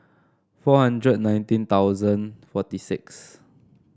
four hundred and nineteen thousand forty six